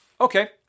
Okay